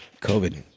COVID